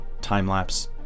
time-lapse